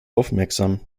aufmerksam